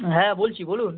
হ্যাঁ বলছি বলুন